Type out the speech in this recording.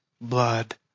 blood